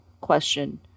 question